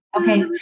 Okay